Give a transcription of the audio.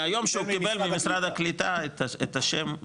מהיום שהוא קיבל ממשרד הקליטה את השם.